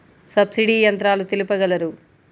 Subsidy యంత్రాలు తెలుపగలరు?